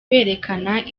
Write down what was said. berekana